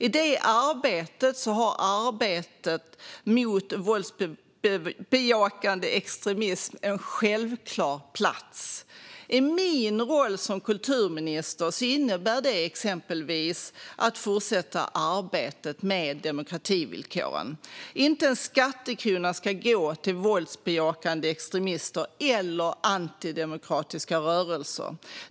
I det har arbetet mot våldsbejakande extremism en självklar plats. I min roll som kulturminister innebär det exempelvis att fortsätta arbetet med demokrativillkoren. Inte en skattekrona ska gå till våldsbejakande extremister eller antidemokratiska rörelser.